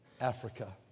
Africa